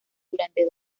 durante